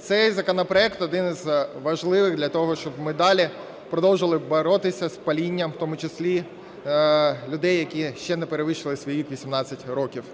Цей законопроект – один із важливих для того, щоб ми далі продовжували боротися з палінням, в тому числі людей, які ще не перевищили свої 18 років.